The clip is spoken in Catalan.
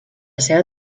seva